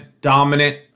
dominant